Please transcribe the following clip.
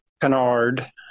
canard